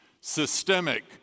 systemic